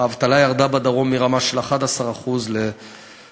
האבטלה ירדה בדרום מרמה של 11% ל-6.9%.